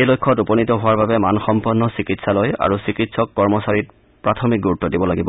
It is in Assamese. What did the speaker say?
এই লক্ষ্যত উপনীত হোৱাৰ বাবে মানসম্পন্ন চিকিৎসালয় আৰু চিকিৎসক কৰ্মচাৰীত প্ৰাথমিক গুৰুত্ব দিব লাগিব